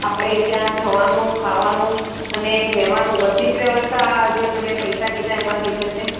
આપણે ત્યાં જવાનું અને ખાવાનું અને રહેવાનું બધી જ વ્યવસ્થા જે તમે પૈસા કીધા એમાં થઈ જશે